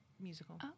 musical